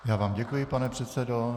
Já vám děkuji, pane předsedo.